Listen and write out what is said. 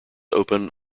open